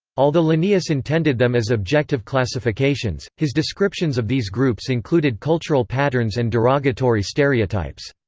although linnaeus intended them as objective classifications, his descriptions of these groups included cultural patterns and derogatory stereotypes.